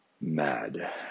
mad